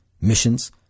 missions